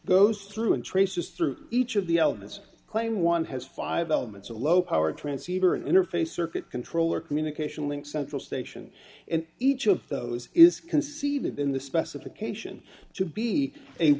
goes through and traces through each of the elements claim one has five elements a low power transceiver interface circuit controller communication link central station and each of those is conceived in the specification to be a